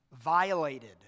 violated